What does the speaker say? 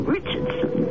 Richardson